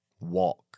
walk